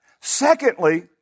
Secondly